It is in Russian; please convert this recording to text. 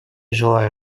желаю